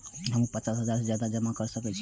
हमू पचास हजार से ज्यादा जमा कर सके छी?